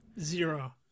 Zero